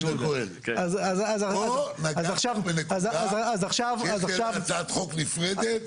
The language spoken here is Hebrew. פה נגעת בנקודה שיש לה הצעת חוק נפרדת.